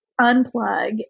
unplug